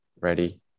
ready